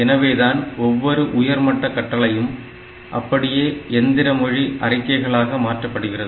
எனவேதான் ஒவ்வொரு உயர்மட்ட கட்டளையும் அப்படியே எந்திர மொழி அறிக்கைகளாக மாற்றப்படுகிறது